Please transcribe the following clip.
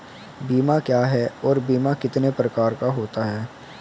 बीमा क्या है और बीमा कितने प्रकार का होता है?